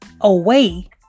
away